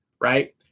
right